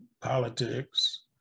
politics